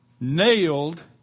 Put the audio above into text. nailed